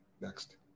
Next